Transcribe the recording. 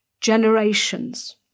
generations